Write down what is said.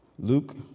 Luke